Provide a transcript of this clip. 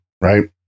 right